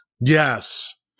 Yes